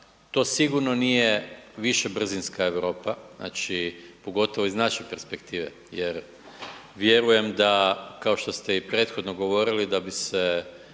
to sigurno nije više brzinska Europa, znači pogotovo iz naše perspektive jer vjerujem da, kao što ste i prethodno govorili da bi se